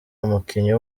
umukinnyi